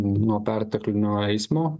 nuo perteklinio eismo